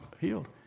healed